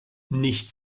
nicht